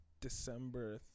December